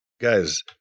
guys